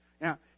Now